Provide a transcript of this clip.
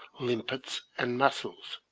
limpets, and mussels.